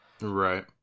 right